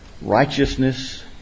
righteousness